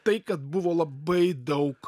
tai kad buvo labai daug